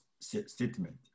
statement